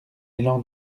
élan